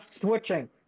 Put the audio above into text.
switching